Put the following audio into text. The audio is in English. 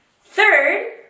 Third